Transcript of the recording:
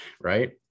right